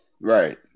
Right